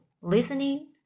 listening